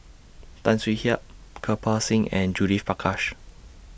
Tan Swie Hian Kirpal Singh and Judith Prakash